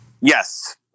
Yes